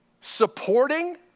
supporting